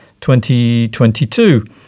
2022